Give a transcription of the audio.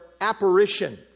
apparition